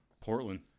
portland